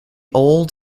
old